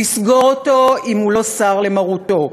לסגור אותו אם הוא לא סר למרותו,